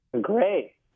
Great